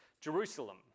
Jerusalem